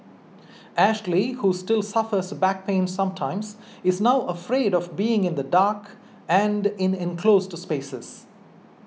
Ashley who still suffers back pains sometimes is now afraid of being in the dark and in enclosed spaces